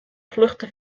vluchten